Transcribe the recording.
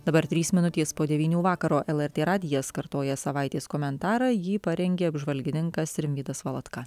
dabar trys minutės po devynių vakaro lrt radijas kartoja savaitės komentarą jį parengė apžvalgininkas rimvydas valatka